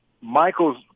Michael's